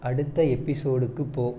அடுத்த எபிசோடுக்கு போ